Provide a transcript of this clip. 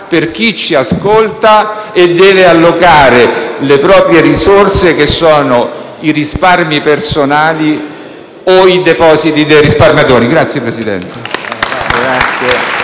per chi ci ascolta e deve allocare le proprie risorse, che sono i risparmi personali o i depositi dei risparmiatori. *(Applausi